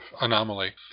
anomaly